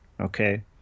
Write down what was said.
okay